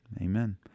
Amen